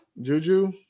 Juju